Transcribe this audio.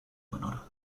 honor